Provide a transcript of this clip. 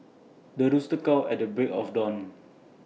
the rooster at the break of dawn